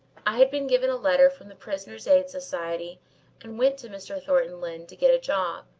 i had been given a letter from the prisoners' aid society and went to mr. thornton lyne to get a job.